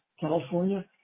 California